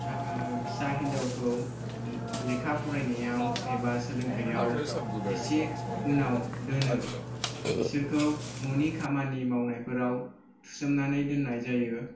गा फिसा हिनजावखौ लेखा फरायनायाव एबा सोलोंथाइ आव एसे उनाव दोनो बिसोरखौ न'नि खामानि मावनायफोराव थुसोमनानै दोननाय जायो